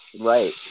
right